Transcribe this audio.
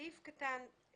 אין להסתפק בסעיף קטן (ג)